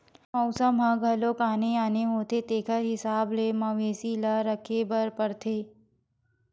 मउसम ह घलो आने आने होथे तेखर हिसाब ले मवेशी ल राखे बर परथे